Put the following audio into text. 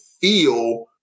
feel